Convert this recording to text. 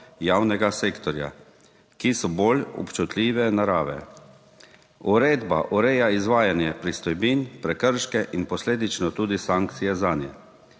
javnega sektorja, ki so bolj občutljive narave. Uredba ureja izvajanje pristojbin, prekrške in posledično tudi sankcije zanje.